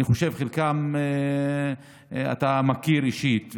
אני חושב שאת חלקם אתה מכיר אישית.